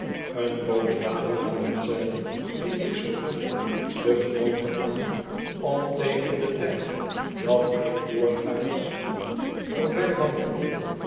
eene poos later namen zij die ik zoo groette de gewoonte aan om tegen den tyd dat ikdoorgaans